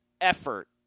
effort